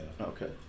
okay